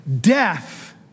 Death